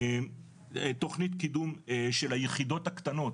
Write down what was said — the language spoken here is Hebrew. תוכנית קידום של היחידות הקטנות,